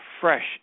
fresh